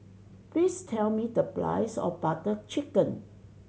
please tell me the price of Butter Chicken